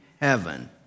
heaven